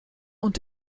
und